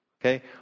Okay